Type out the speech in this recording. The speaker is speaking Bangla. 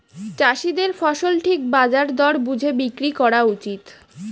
চাষীদের ফসল ঠিক বাজার দর বুঝে বিক্রি করা উচিত